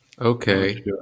Okay